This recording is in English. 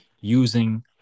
using